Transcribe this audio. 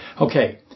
Okay